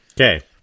okay